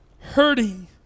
hurting